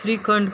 shrikhand